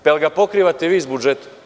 Da li ga pokrivate vi iz budžeta?